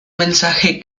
mensaje